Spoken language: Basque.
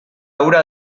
hura